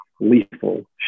lethal